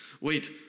wait